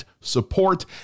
support